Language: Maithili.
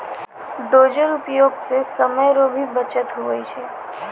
डोजर उपयोग से समय रो भी बचत हुवै छै